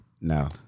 No